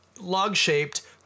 log-shaped